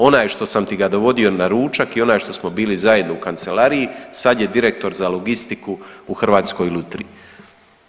Onaj što sam ti ga dovodio na ručak i onaj što smo bili zajedno u kancelariji sad je direktor za logistiku u Hrvatskoj lutriji.